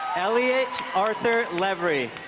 elliott arthur levri